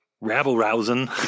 rabble-rousing